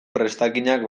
prestakinak